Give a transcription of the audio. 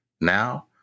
Now